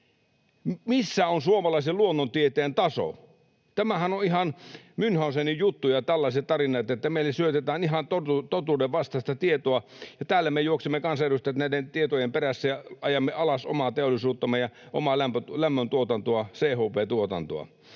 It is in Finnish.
Missä on suomalaisen luonnontieteen taso? Nämähän ovat ihan Münchhausenin juttuja tällaiset tarinat, että meille syötetään ihan totuudenvastaista tietoa, ja täällä me juoksemme kansanedustajat näiden tietojen perässä ja ajamme alas omaa teollisuuttamme ja omaa lämmöntuotantoa, CHP-tuotantoa.